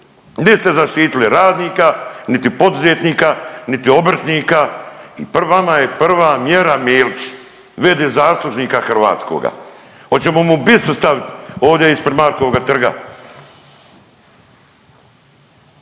ste zaštitili radnika, niti poduzetnika, niti obrtnika i vama je prva mjera Milić. Vidi zaslužnika hrvatskoga! Hoćemo mu bistu stavit ovdje ispred Markovoga trga?